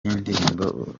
y’indirimbo